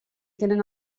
tenen